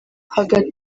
hagati